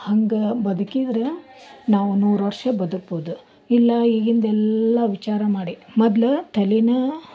ಹಂಗೆ ಬದುಕಿದ್ದರೆ ನಾವು ನೂರು ವರ್ಷ ಬದುಕ್ಬೋದು ಇಲ್ಲಾ ಈಗಿಂದೆಲ್ಲ ವಿಚಾರ ಮಾಡಿ ಮೊದಲು ತಲೆಯ